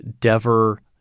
Dever